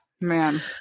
Man